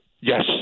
Yes